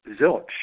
zilch